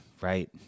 Right